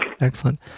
Excellent